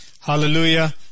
hallelujah